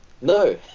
No